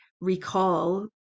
recall